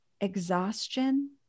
exhaustion